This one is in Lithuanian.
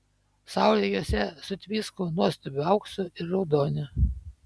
saulė juose sutvisko nuostabiu auksu ir raudoniu